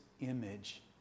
image